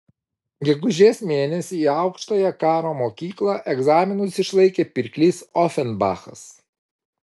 gegužės mėnesį į aukštąją karo mokyklą egzaminus išlaikė pirklys ofenbachas